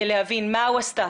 להבין מהו הסטטוס,